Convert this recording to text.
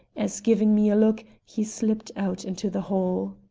as, giving me a look, he slipped out into the hall.